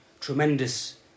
tremendous